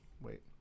wait